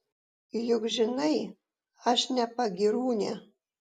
juk žinai aš ne pagyrūnė